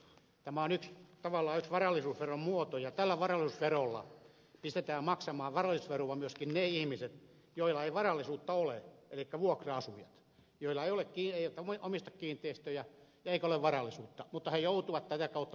tämä on tavallaan yksi varallisuusveron muoto ja tällä varallisuusverolla pistetään maksamaan varallisuusveroa myöskin ne ihmiset joilla ei varallisuutta ole elikkä vuokra asujat jotka eivät omista kiinteistöjä ja joilla ei ole varallisuutta mutta he joutuvat tätä kautta maksamaan varallisuusveroa